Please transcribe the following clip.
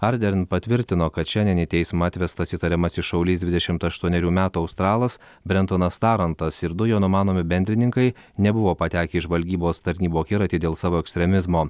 ardern patvirtino kad šiandien į teismą atvestas įtariamasis šaulys dvidešim aštuonerių metų australas brendonas tarantas ir du jo numanomi bendrininkai nebuvo patekę į žvalgybos tarnybų akiratį dėl savo ekstremizmo